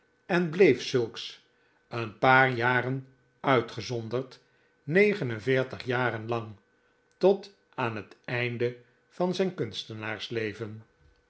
en bleef zulks een paar jaren uitgezonderd negen en veertig jaren lang tot aan het einde van zijn kunstenaarsleven